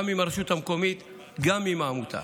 גם עם הרשות המקומית וגם עם העמותה.